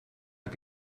out